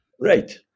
Right